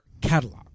catalog